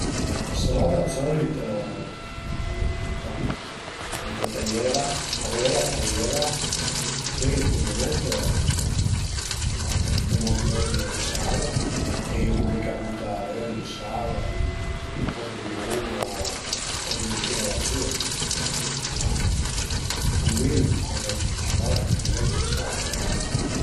La salada d'solit bo sai pa, ëntà taiela, lavela, taiela e pöi ël cundiment a ie cul li ch'a büta mach l'öli e ël sal, a ie cul li ch'a büta l'öli, ël sal, ën po dë limun o adiritüra l'azil, ma secund mi la coza principal al e öli e sal e basta